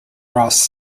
ross